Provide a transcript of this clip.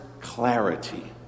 clarity